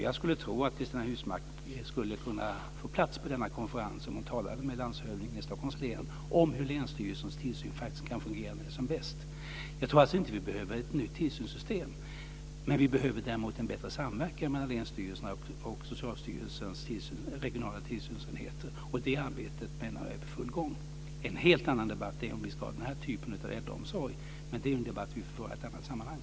Jag skulle tro att Cristina Husmark Pehrsson kan få plats på denna konferens om hon talar med landshövdingen i Stockholms län om hur länsstyrelsens tillsyn kan fungera när den är som bäst. Jag tror alltså inte att vi behöver ett nytt tillsynssystem, men vi behöver däremot en bättre samverkan mellan länsstyrelserna och Socialstyrelsens regionala tillsynsenheter. Det arbetet är i full gång. En helt annan debatt är om vi ska ha den här typen av äldreomsorg, men det är en debatt vi får föra i ett annat sammanhang.